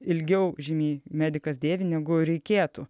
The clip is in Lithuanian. ilgiau žymiai medikas dėvi negu reikėtų